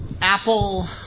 Apple